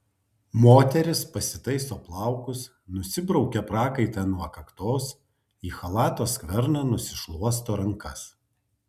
moteris pasitaiso plaukus nusibraukia prakaitą nuo kaktos į chalato skverną nusišluosto rankas